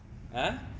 !huh!